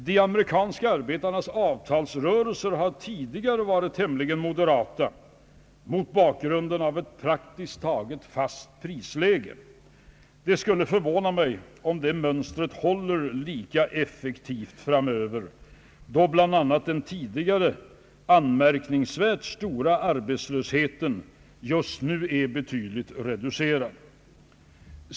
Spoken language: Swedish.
De amerikanska arbetarnas krav i avtalsrörelserna har tidigare varit tämligen moderata mot bakgrunden av ett praktiskt taget fast prisläge. Det skulle förvåna mig, om det mönstret håller lika effektivt framöver, då bl.a. den tidigare anmärkningsvärt stora arbetslösheten just nu är betydligt reducerad.